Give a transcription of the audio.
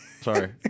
sorry